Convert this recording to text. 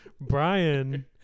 Brian